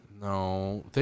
No